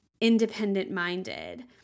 independent-minded